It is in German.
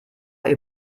über